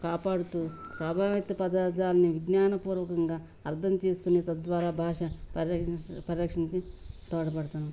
కాపాడుతూ ప్రభావిత పదజాలాన్ని విజ్ఞానపూర్వకంగా అర్థం చేసుకునే తద్వారా భాష పరిరక్ష పరిరక్షణకి తోడపడతాం